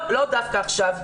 לא, לא דווקא עכשיו.